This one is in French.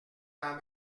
dans